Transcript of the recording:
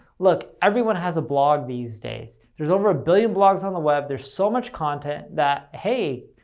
look, everyone has a vlog these days. there's over a billion vlogs on the web, there's so much content that, hey,